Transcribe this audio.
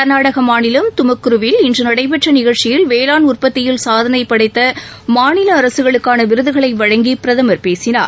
கள்நாடகமாநிலம் தமக்குர வில் இன்றுநடைபெற்றநிகழ்ச்சியில் வேளாண் உற்பத்தியில் சாதனைபடைத்தமாநில அரசுகளுக்கானவிருதுகளைவழங்கிஅவர் பேசினார்